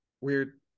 weird